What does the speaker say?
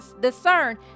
discern